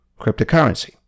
cryptocurrency